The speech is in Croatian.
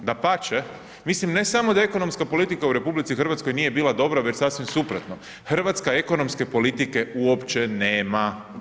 Dapače, mislim ne samo da ekonomska politika u RH nije bila dobra već sasvim suprotno, hrvatske ekonomske politike uopće nema.